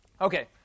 okay